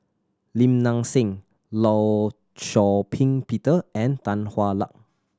Lim Nang Seng Law Shau Ping Peter and Tan Hwa Luck